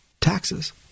taxes